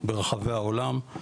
ברחבי העולם.